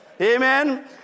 Amen